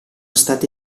state